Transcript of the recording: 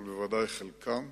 אבל בוודאי חלקם.